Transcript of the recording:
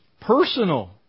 personal